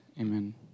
amen